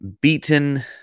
beaten